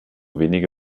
wenige